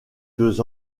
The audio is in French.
deux